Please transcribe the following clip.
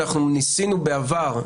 ניסינו בעבר,